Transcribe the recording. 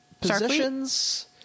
positions